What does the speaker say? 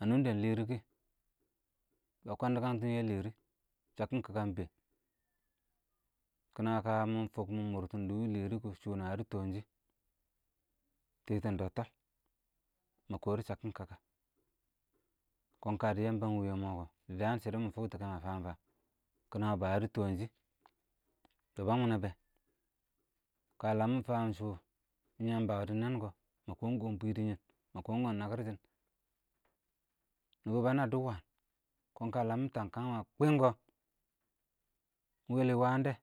ə nʊngdɛ lɛrɪkɪ, bə kwədɪ kəntɪn yɛ lɛrɪ, chəkkɪn kəkəɪng bɛɛn, kɪnə kə mɪ fʊk mɪ mʊrtʊn dɪ yɛ, kɪnə kʊ shʊ nə yədɔ tɔɔnjɪ, tɪtɪn dɔltɔk, mə kɔɔdʊ shəkkɪn kəkə, kɔn kəən dɪ ɪng wɪɪ yɛ mɔɔ kɔ, dəən shɪdʊ mʊ fʊktʊ kɛ mə fəən-fəən kɪna bə yədɔ tɔɔnjɪn, bə bəng mɪnɛ bɛ, kə ləəm fə shʊ,ɪng yəmbə wʊ dɪ nɛn kɔ, mə kɔɔm-kɔɔm bwɪdɪyɛ, mə kɔɔm wəng nəkɪr sɪn, nɪbʊ bə nəən dɪ wən, kɔn kə ləm mɪ tən kəmmə, kwɛ kɔ, ɪng wɛ lɛ wəən dɛ?.